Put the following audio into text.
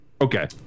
Okay